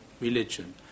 religion